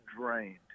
drained